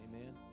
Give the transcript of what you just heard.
amen